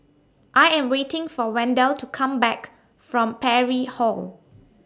I Am waiting For Wendell to Come Back from Parry Hall